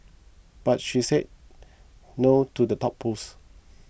but she said no to the top post